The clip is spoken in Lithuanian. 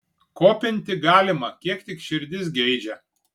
kopinti galima kiek tik širdis geidžia